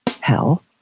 hell